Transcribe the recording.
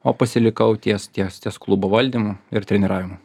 o pasilikau ties ties ties klubo valdymu ir treniravimu